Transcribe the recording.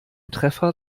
treffer